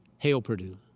hail purdue.